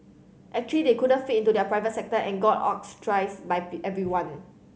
actually they couldn't fit into the private sector and got by everyone